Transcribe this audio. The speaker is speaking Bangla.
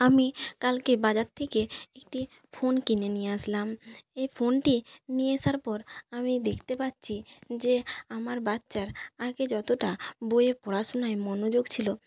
আমি কালকে বাজার থেকে একটি ফোন কিনে নিয়ে আসলাম এই ফোনটি নিয়ে আসার পর আমি দেখতে পাচ্ছি যে আমার বাচ্চার আগে যতটা বইয়ে পড়াশোনায় মনোযোগ ছিল